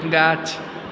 गाछ